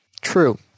True